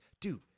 dude